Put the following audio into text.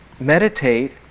meditate